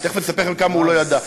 תכף אני אספר לכם כמה הוא לא ידע.